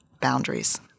boundaries